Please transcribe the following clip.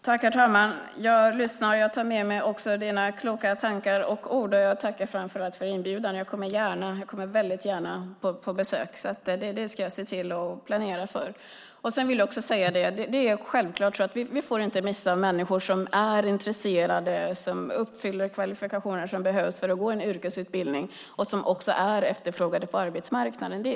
Herr talman! Jag lyssnar och tar med mig Åsa Lindestams kloka tankar och ord. Jag tackar framför allt för inbjudan - jag kommer väldigt gärna på besök, så jag ska se till att planera för det. Det är självklart att vi inte får missa människor som är intresserade, som uppfyller kvalifikationerna för att gå en yrkesutbildning och som är efterfrågade på arbetsmarknaden.